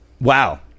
Wow